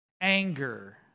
anger